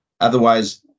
Otherwise